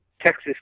Texas